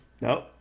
Nope